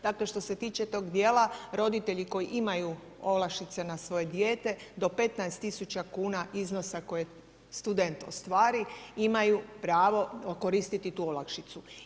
Dakle što se tiče tog dijela roditelji koji imaju olakšice na svoje dijete do 15.000 kuna koje student ostvari imaju pravo koristiti tu olakšicu.